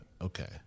Okay